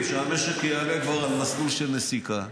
שהמשק יעלה כבר על מסלול של נסיקה,